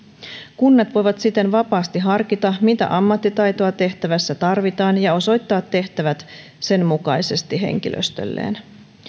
kunnat voivat siten vapaasti harkita mitä ammattitaitoa tehtävässä tarvitaan ja osoittaa tehtävät sen mukaisesti henkilöstölleen